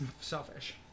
Selfish